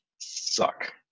suck